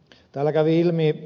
täällä kävi ilmi ed